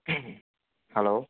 hello